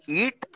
eat